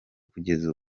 kugeza